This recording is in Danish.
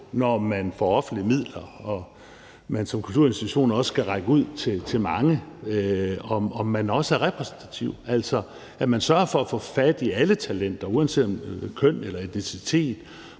når man får offentlige midler og man som kulturinstitution også skal række ud til mange, skal være opmærksom på, om man også er repræsentativ, altså om man sørger for at få fat i alle talenter uanset køn og etnicitet